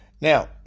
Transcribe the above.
now